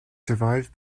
survived